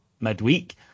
midweek